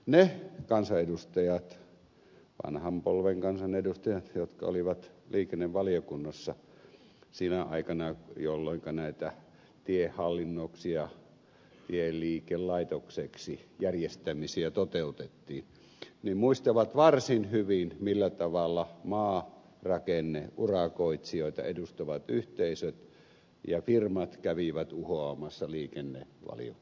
ne kansanedustajat vanhan polven kansanedustajat jotka olivat liikennevaliokunnassa sinä aikana jolloinka näitä tiehallinnoksi ja tieliikelaitokseksi järjestämisiä toteutettiin muistavat varsin hyvin millä tavalla maarakenneurakoitsijoita edustavat yhteisöt ja firmat kävivät uhoamassa liikennevaliokunnassa